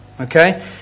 Okay